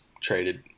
traded